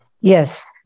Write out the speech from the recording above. Yes